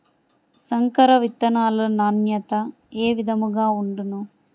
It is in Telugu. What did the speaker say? సంకర విత్తనాల నాణ్యత ఏ విధముగా ఉండును?